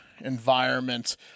environment